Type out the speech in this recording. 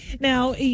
Now